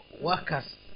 workers